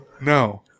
No